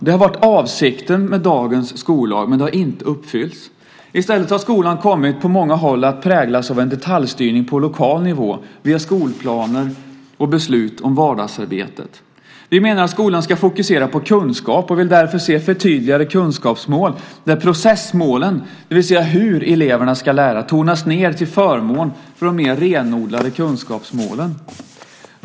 Det har varit avsikten med dagens skollag, men den har inte uppfyllts. I stället har skolan på många håll kommit att präglas av en detaljstyrning på lokal nivå via skolplaner och beslut om vardagsarbetet. Vi menar att skolan ska fokusera på kunskap och vill därför se förtydligade kunskapsmål där processmålen, det vill säga hur eleverna ska lära, tonas ned till förmån för de mer renodlade kunskapsmålen.